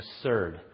absurd